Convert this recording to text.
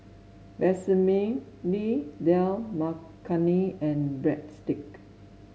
Vermicelli Dal Makhani and Breadstick